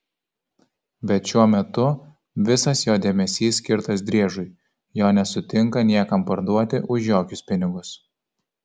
bet šiuo metu visas jo dėmesys skirtas driežui jo nesutinka niekam parduoti už jokius pinigus